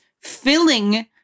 filling